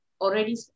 already